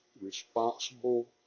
responsible